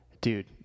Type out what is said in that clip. dude